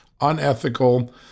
unethical